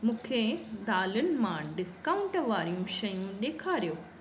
मूंखे दालुनि मां डिस्काउंट वारियूं शयूं ॾेखारियो